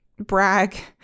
Brag